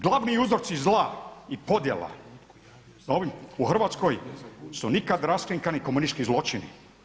Glavni uzroci zla i podjela u Hrvatskoj su nikada raskrinkani komunistički zločini.